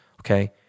Okay